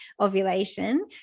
ovulation